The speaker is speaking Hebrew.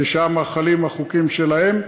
ששם חלים החוקים שלהם,